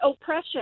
oppression